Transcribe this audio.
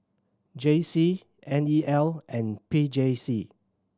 J C N E L and P J C